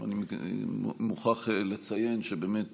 אני מוכרח לציין שבאמת